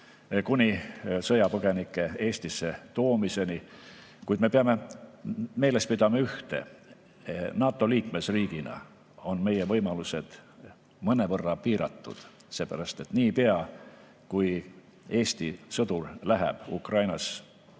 kuni sõjapõgenike Eestisse toomiseni. Kuid me peame meeles pidama ühte: NATO liikmesriigina on meie võimalused mõnevõrra piiratud, seepärast et niipea, kui Eesti sõdur läheb Ukrainasse